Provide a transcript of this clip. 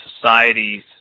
societies